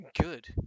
good